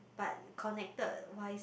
but connected wise